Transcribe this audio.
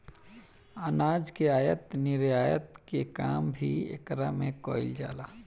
अनाज के आयत निर्यात के काम भी एकरा में कईल जाला